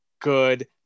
Good